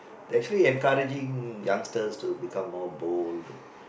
they actually encouraging youngsters to become more bold